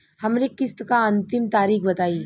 हमरे किस्त क अंतिम तारीख बताईं?